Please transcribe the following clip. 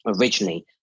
originally